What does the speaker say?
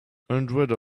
hundreds